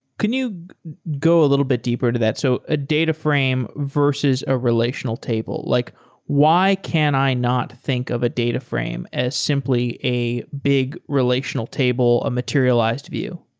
can you go a little bit deeper into that? so a data frame versus a relational table, like why can i not think of a data frame as simply a big relational table, a materialized view?